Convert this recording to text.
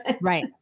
Right